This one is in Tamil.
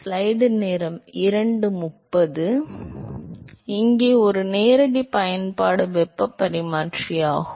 எனவே இங்கே ஒரு நேரடி பயன்பாடு வெப்பப் பரிமாற்றி ஆகும்